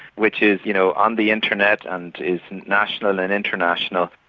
which is, you know, on the internet and is national and international,